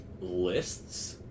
lists